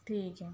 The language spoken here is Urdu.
ٹھیک ہے